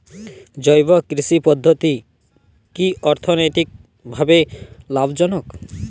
জৈব কৃষি পদ্ধতি কি অর্থনৈতিকভাবে লাভজনক?